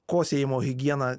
kosėjimo higiena